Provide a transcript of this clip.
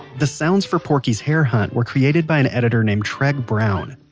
the sounds for porky's hare hunt were created by an editor named treg brown.